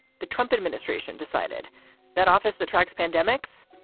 the trump administration decided that office, the tracks, pandemics,